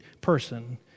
person